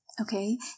Okay